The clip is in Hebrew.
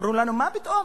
ואמרו לנו: מה פתאום?